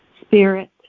Spirit